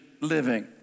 living